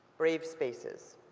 brave spaces,